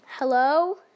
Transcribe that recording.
Hello